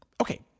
okay